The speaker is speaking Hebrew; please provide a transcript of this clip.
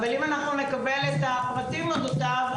אבל אם אנחנו נקבל את הפרטים אודותיו,